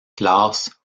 classes